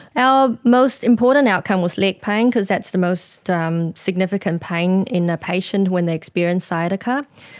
our most important outcome was leg pain because that's the most um significant pain in a patient when they experience sciatica.